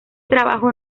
trabajo